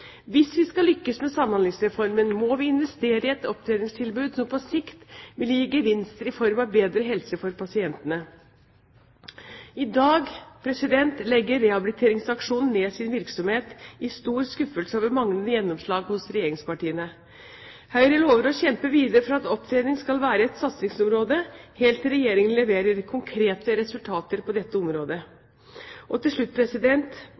Hvis vi skal lykkes med Samhandlingsreformen, må vi investere i et opptreningstilbud som på sikt vil gi gevinster i form av bedre helse for pasientene. I dag legger Rehabiliteringsaksjonen ned sin virksomhet, i stor skuffelse over manglende gjennomslag hos regjeringspartiene. Høyre lover å kjempe videre for at opptrening skal være et satsingsområde helt til Regjeringen leverer konkrete resultater på dette området. Til slutt